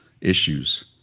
issues